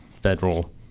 federal